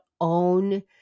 own